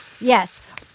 yes